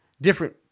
different